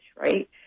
right